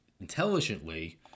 intelligently